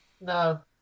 No